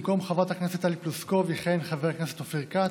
במקום חברת הכנסת טלי פלוסקוב יכהן חבר הכנסת אופר כץ,